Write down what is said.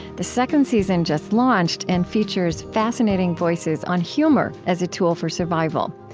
the second season just launched and features fascinating voices on humor as a tool for survival.